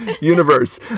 universe